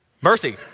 Mercy